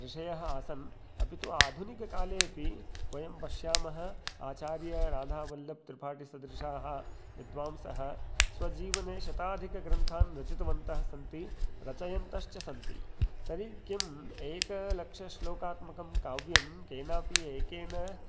ऋषयः आसन् अपि तु आधुनिककाले अपि वयं पश्यामः आचार्यराधावल्लभ् त्रिपाठिसदृशाः विद्वांसः स्वजीवने शताधिकग्रन्थान् रचितवन्तः सन्ति रचयन्तश्च सन्ति तर्हि किम् एकलक्षश्लोकात्मकं काव्यं केनापि एकेन